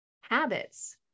habits